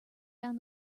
down